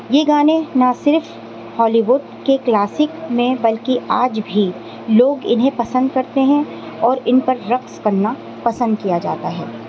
یہ گانے نہ صرف ہالی ووڈ کے کلاسک میں بلکہ آج بھی لوگ انہیں پسند کرتے ہیں اور ان پر رقص کرنا پسند کیا جاتا ہے